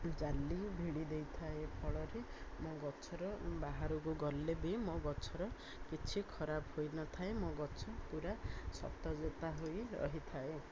ଜାଲି ଭିଡ଼ି ଦେଇଥାଏ ଫଳରେ ମୋ ଗଛର ବାହାରକୁ ଗଲେ ବି ମୋ ଗଛର କିଛି ଖରାପ ହୋଇନଥାଏ ମୋ ଗଛ ପୁରା ସତେଜତା ହୋଇରହିଥାଏ